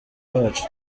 bacu